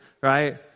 right